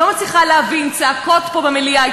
היה צריך להוציא אותו מהמליאה.